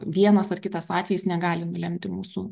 vienas ar kitas atvejis negali nulemti mūsų